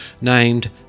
named